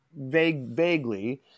vaguely